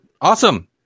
Awesome